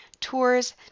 tours